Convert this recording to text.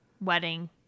wedding